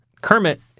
Kermit